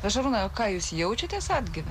o arūnui o ką jūs jaučiatės atgimę